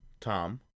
Tom